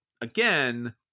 Again